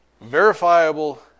verifiable